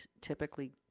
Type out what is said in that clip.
typically